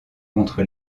contre